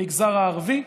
המגזר הערבי,